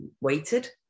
waited